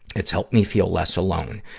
it's helped me feel less alone.